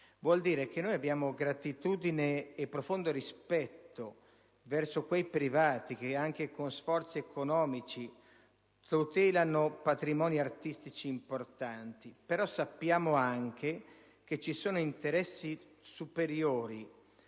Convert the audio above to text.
vuol dire che nutriamo gratitudine e profondo rispetto verso quei privati che anche con sforzi economici tutelano patrimoni artistici importanti. Sappiamo però anche che vi sono interessi superiori,